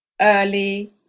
early